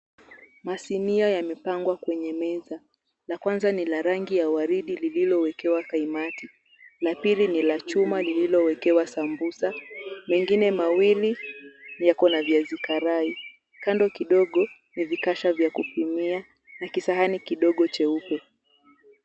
Masinia yamepangwa kwenye meza. La kwanza ni la rangi ya waridi lililowekewa kaimati. La pili ni la chumba lililowekewa sambusa. Mengine mawili yako na viazi karai. Kando kidogo, ni vikasha vya kupimia na kisahani kidogo cheupe.